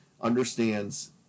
understands